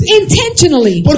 intentionally